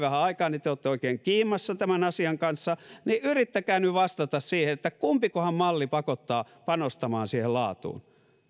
vähän aikaa niin te olette oikein kiimassa tämän asian kanssa yrittäkää nyt vastata siihen kumpikohan malli pakottaa panostamaan siihen laatuun